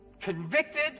convicted